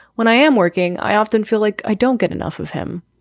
when i am working, i often feel like i don't get enough of him.